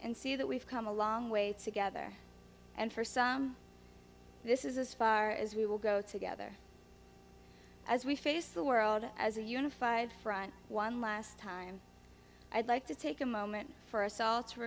and see that we've come a long way together and for some this is a spar as we will go together as we face the world as a unified front one last time i'd like to take a moment for